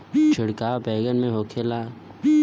छिड़काव बैगन में होखे ला का?